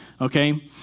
Okay